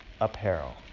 apparel